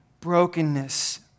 brokenness